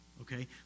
okay